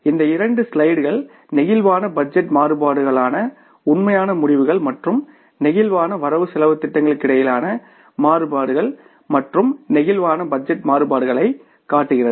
இந்த இரண்டு ஸ்லைடுகள் பிளேக்சிபிள் பட்ஜெட் மாறுபாடுகளான உண்மையான முடிவுகள் மற்றும் நெகிழ்வான வரவு செலவுத் திட்டங்களுக்கிடையிலான மாறுபாடுகள் மற்றும் பிளேக்சிபிள் பட்ஜெட் மாறுபாடுகளை காட்டுகிறது